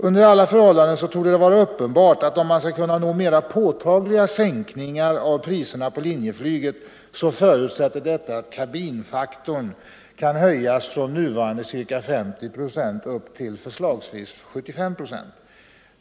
Under alla förhållanden torde det vara uppenbart att om man skall kunna nå mera påtagliga sänkningar av priserna på linjeflyget, förutsätter detta att kabinfaktorn kan höjas från nuvarande ca 50 procent upp till förslagsvis 75 procent.